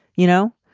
you know,